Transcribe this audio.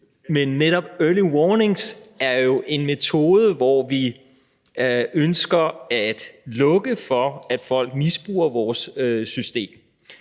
Men netop early warnings er jo en metode, hvormed vi ønsker at lukke for, at folk misbruger vores system.